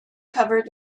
covered